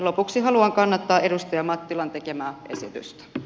lopuksi haluan kannattaa edustaja mattilan tekemää esitystä